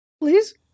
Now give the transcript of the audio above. Please